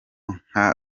nka